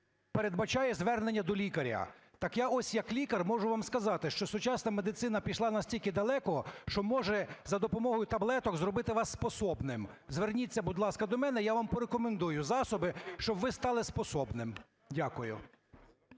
передбачає звернення до лікаря. Так я ось, як лікар, можу вам сказати, що сучасна медицина пішла настільки далеко, що може за допомогою таблеток зробити вас способным. Зверніться, будь ласка, до мене, я вам порекомендую засоби, щоб ви стали способным. Дякую.